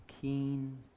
keen